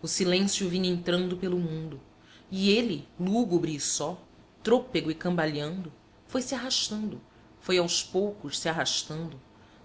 o silêncio vinha entrando pelo mundo e ele lúgubre e só trôpego e cambaleando foi-se arrastando foi aos poucos se arrastando